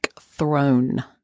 throne